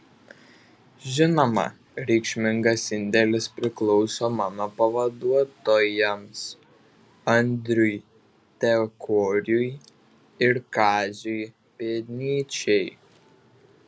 žinoma reikšmingas indėlis priklauso mano pavaduotojams andriui tekoriui ir kaziui pėdnyčiai